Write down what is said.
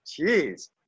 jeez